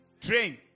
Train